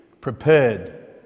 prepared